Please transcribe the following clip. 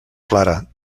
clara